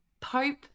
Pope